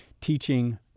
teaching